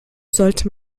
sollte